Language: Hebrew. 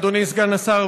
אדוני סגן השר,